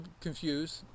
confused